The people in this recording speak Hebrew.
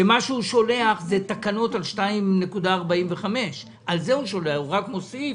ששולח תקנות על 2.45%. הוא רק מוסיף